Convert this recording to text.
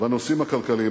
בנושאים הכלכליים.